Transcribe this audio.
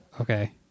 Okay